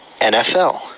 NFL